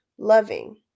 Loving